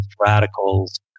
radicals